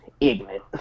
ignorant